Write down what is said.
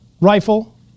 rifle